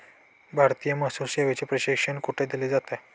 भारतीय महसूल सेवेचे प्रशिक्षण कोठे दिलं जातं?